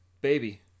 baby